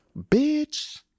Bitch